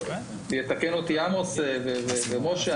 יתקנו אותי עמוס ומשה,